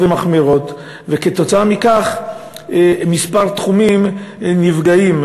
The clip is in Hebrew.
ומחמירות וכתוצאה מכך כמה תחומים נפגעים.